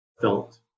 felt